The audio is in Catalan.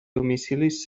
domicilis